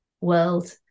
world